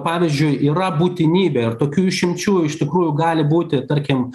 pavyzdžiui yra būtinybė ir tokių išimčių iš tikrųjų gali būti tarkim